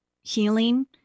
healing